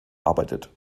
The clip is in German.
arbeitet